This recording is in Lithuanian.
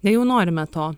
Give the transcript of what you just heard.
nejau norime to